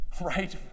right